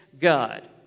God